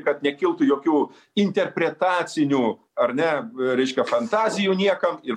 kad nekiltų jokių interpretacinių ar ne reiškia fantazijų niekam ir